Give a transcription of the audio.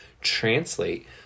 translate